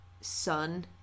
son